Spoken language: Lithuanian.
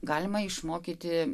galima išmokyti